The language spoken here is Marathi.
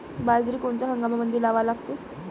बाजरी कोनच्या हंगामामंदी लावा लागते?